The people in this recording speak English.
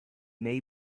may